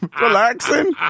relaxing